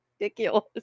ridiculous